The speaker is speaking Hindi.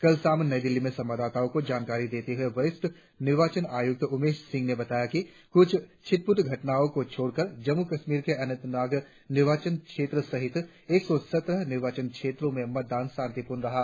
कल शाम नई दिल्ली में संवाददाताओं को जानकारी देते हुए वरिष्ठ निर्वाचन उपायुक्त उमेश सिंहा ने बताया कि कुछ छिटपुट घटनाओं को छोड़कर जम्मू कश्मीर के अनंतनाग निर्वाचन क्षेत्र सहित एक सौ सत्रह निर्वाचन क्षेत्रों में मतदान शांतिपूर्ण रहा